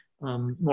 more